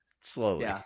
slowly